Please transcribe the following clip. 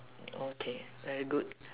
okay very good